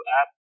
app